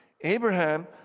Abraham